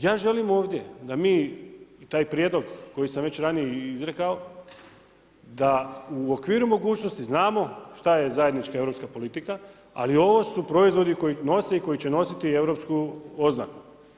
Ja želim ovdje da mi taj prijedlog koji sam već ranije izrekao da u okviru mogućnosti znamo šta je zajednička europska politika ali ovo su proizvodi koji nose i koji će nositi europsku oznaku.